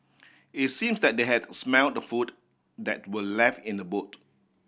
it seemed that they had smelt the food that were left in the boot